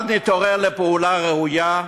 אז נתעורר לפעולה ראויה?